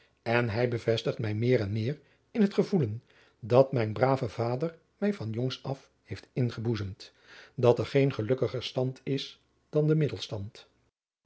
en hij bevestigt mij meer en meer in het gevoelen dat mijn brave vader mij van jongs af heeft ingeboezemd dat er geen gelukkiger stand is dan de middelstand